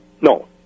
No